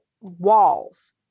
walls